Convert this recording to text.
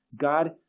God